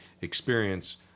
experience